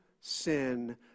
sin